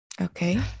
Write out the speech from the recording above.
Okay